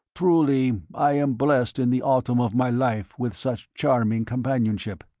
truly i am blessed in the autumn of my life with such charming companionship.